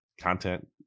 content